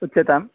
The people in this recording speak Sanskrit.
उच्यताम्